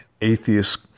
atheist